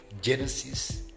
genesis